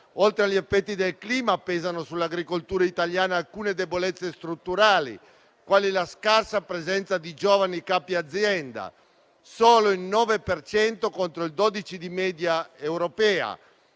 oltre agli effetti del clima pesano sull'agricoltura italiana alcune debolezze strutturali, quali la scarsa presenza di giovani capi azienda (che si attesta solo al 9 per